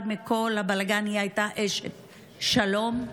היא הייתה אשת שלום,